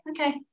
okay